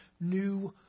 new